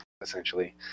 essentially